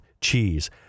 cheese